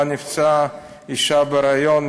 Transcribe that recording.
שבה נפצעה אישה בהיריון,